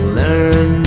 learn